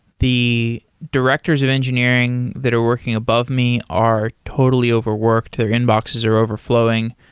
the directors of engineering that are working above me are totally overworked. their inboxes are overflowing.